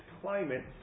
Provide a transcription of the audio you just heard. climate